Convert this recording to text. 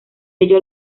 ello